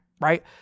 Right